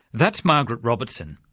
that's margaret robertson,